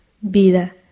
Vida